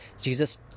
Jesus